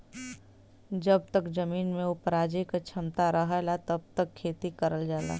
जब तक जमीन में उपराजे क क्षमता रहला तब तक खेती करल जाला